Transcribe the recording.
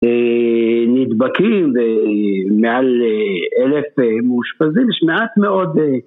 נדבקים ומעל אלף מאושפזים, יש מעט מאוד